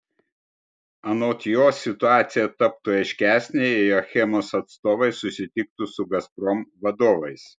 anot jo situacija taptų aiškesnė jei achemos atstovai susitiktų su gazprom vadovais